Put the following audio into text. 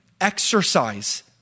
exercise